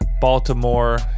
Baltimore